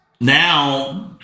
Now